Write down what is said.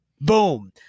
Boom